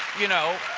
you know,